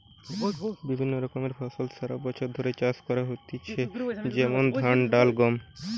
বিভিন্ন রকমের ফসল সারা বছর ধরে চাষ করা হইতেছে যেমন ধান, ডাল, গম